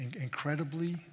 incredibly